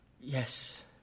Yes